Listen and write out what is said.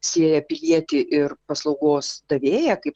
sieja pilietį ir paslaugos davėją kaip